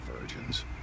virgins